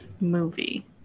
Movie